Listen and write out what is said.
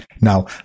Now